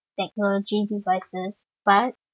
technology devices but